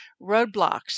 roadblocks